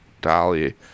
dolly